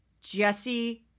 Jesse